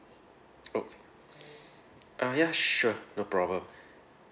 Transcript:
oh uh ya sure no problem